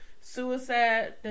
suicide